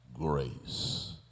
grace